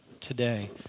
today